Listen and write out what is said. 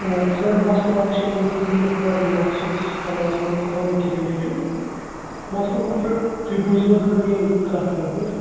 سَر مسلہٕ اَکھ چھِ اوترٕ گوٚو مےٚ پرٛابلِم اَکھ چیٖز کَمرَس منٛز کَمرٕکِس رِلیٹِڈ مسلہٕ تُہۍ بوٗزِو حظ گۄڈٕ میٛٲنی کَتھ اَکھ گۄڈٕ